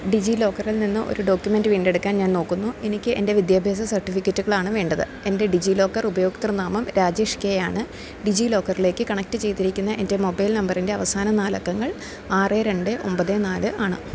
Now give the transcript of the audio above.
ഡിജിലോക്കറിൽ നിന്ന് ഒരു ഡോക്യുമെൻറ്റ് വീണ്ടെടുക്കാൻ ഞാൻ നോക്കുന്നു എനിക്ക് എൻ്റെ വിദ്യാഭ്യാസ സർട്ടിഫിക്കറ്റുകളാണ് വേണ്ടത് എൻ്റെ ഡിജി ലോക്കർ ഉപയോക്തൃനാമം രാജേഷ് കെ ആണ് ഡിജി ലോക്കറിലേക്ക് കണക്റ്റ് ചെയ്തിരിക്കുന്ന എൻ്റെ മൊബൈൽ നമ്പറിൻ്റെ അവസാന നാലക്കങ്ങൾ ആറ് രണ്ട് ഒമ്പത് നാല് ആണ്